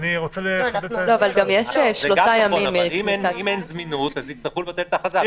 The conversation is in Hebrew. אם אין זמינות, יצטרכו לבטל את ההכרזה.